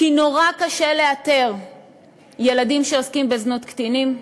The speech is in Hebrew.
כי נורא קשה לאתר ילדים שעוסקים בזנות קטינים,